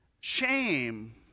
Shame